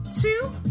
two